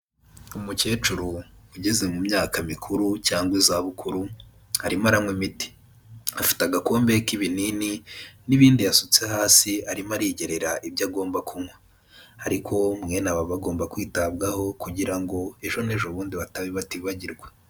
Umukecuru ugeze mu myaka mikuru cyangwa izabukuru arimo aranywa imiti, afite agakombe k'ibinini n'ibindi yasutse hasi arimo arigerera ibyo agomba kunywa, ariko mwene aba bagomba kwitabwaho kugira ngo ejo n'ejo bundi batibagirwa.